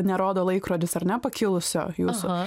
nerodo laikrodis ar ne pakilusio jūsų